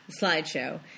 slideshow